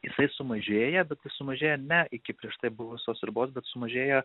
jisai sumažėja bet jis sumažėja ne iki prieš tai buvusios ribos bet sumažėja